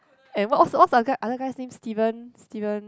and what what's other guy the other guy's name Stephen Stephen